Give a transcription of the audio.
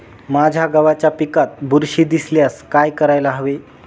माझ्या गव्हाच्या पिकात बुरशी दिसल्यास काय करायला हवे?